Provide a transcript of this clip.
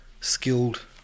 skilled